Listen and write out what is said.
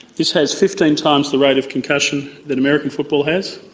this has fifteen times the rate of concussion that american football has.